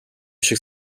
шиг